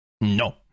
No